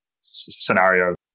scenario